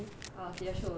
好结束了